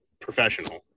professional